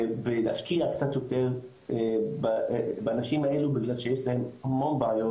ולהשקיע קצת יותר בנשים האלו בגלל שיש להן המון בעיות,